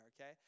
okay